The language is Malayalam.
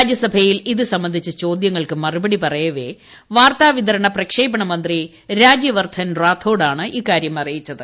രാജ്യസഭയിൽ ഇതു സംബന്ധിച്ച ചോദ്യങ്ങൾക്ക് മറുപടി പറയവെ വാർത്താവിതരണ പ്രക്ഷേപണ മന്ത്രി രാജൃവർദ്ധൻ റാത്തോഡാണ് ഇക്കാരൃം അറിയിച്ചത്